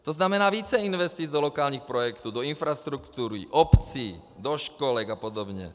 To znamená více investic do lokálních projektů, do infrastruktury, obcí, do školek apod.